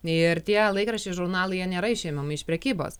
ir tie laikraščiai žurnalai jie nėra išimami iš prekybos